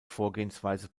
vorgehensweise